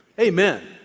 Amen